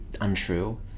untrue